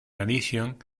addition